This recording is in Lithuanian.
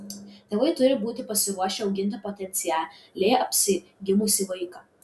tėvai turi būti pasiruošę auginti potencialiai apsigimusį vaiką